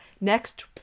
Next